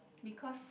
because